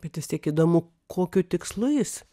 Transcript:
bet vis tiek įdomu kokiu tikslu jis